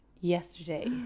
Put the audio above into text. yesterday